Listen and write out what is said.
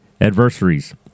adversaries